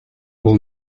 will